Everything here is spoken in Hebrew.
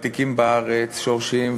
ותיקים בארץ, שורשיים.